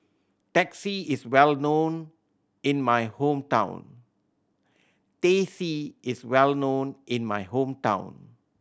Teh C is well known in my hometown Teh C is well known in my hometown